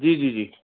जी जी जी